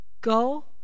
go